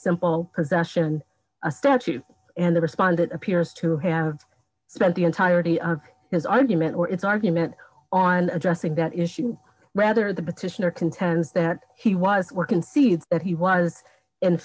simple possession a statute and the respondent appears to have spent the entirety of his argument or its argument on addressing that issue rather the petitioner contends that he was working seeds that he was in